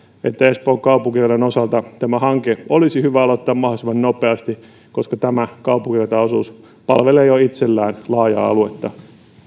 että espoon kaupunkiradan osalta tämä hanke olisi hyvä aloittaa mahdollisimman nopeasti koska tämä kaupunkirataosuus palvelee jo itsessään laajaa aluetta